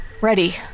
Ready